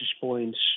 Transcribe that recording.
points